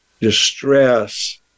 distress